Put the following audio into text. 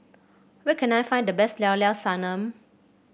where can I find the best Llao Llao Sanum